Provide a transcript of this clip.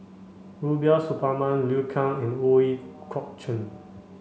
Rubiah Suparman Liu Kang and Ooi Kok Chuen